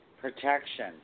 protection